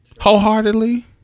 wholeheartedly